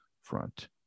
front